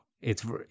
it's-